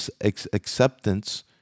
acceptance